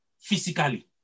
physically